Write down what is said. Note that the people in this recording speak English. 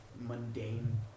mundane